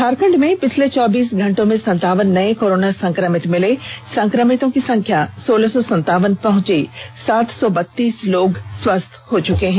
झारखंड में पिछले चौबीस घंटों में संतावन नए कोरोना संक्रमित मिले संक्रमितों की संख्या सोलह सौ संतावन पहुंची सात सौ बत्तीस लोग स्वस्थ हो चुके हैं